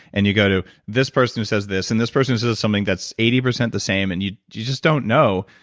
and you go to this person who says this, and this person who says something that's eighty percent the same, and you just don't know.